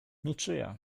niczyja